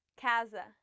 casa